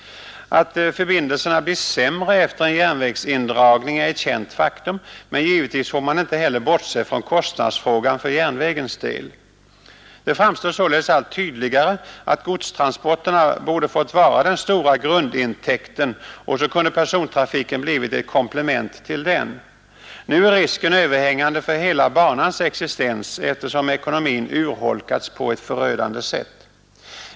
Att förbindelserna blir sämre efter en järnvägs indragning är ett känt faktum, men givetvis får man inte heller bortse från kostnadsfrågan för järnvägens del. Det framstår således allt tydligare att godstransporterna borde ha fått vara den stora grundintäkten, och så kunde persontrafiken blivit ett komplement till dem. Nu är risken överhängande för hela banans existens, eftersom ekonomin urholkats på ett förödande sätt.